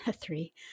three